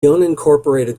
unincorporated